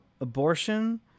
abortion